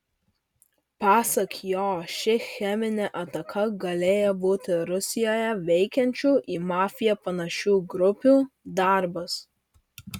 pasak jo ši cheminė ataka galėjo būti rusijoje veikiančių į mafiją panašių grupių darbas